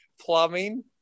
plumbing